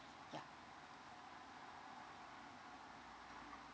ya